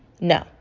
No